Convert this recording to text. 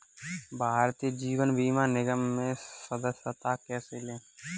भारतीय जीवन बीमा निगम में सदस्यता कैसे लें?